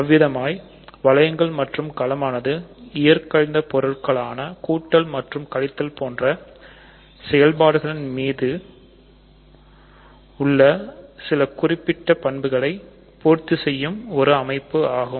அவ்விதமாய் வளையங்கள் மற்றும் களமானது இயற்கணித பொருட்களான கூட்டல் மற்றும் கழித்தல் போன்ற செயல்பாடுகள் மீது உள்ள சில குறிப்பிட்ட பண்புகளை பூர்த்தி செய்யும் அமைப்பு ஆகும்